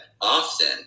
often